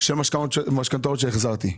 של משכנתאות שהחזרתי.